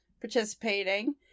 participating